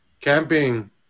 Camping